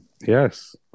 Yes